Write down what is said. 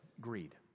greed